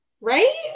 Right